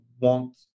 want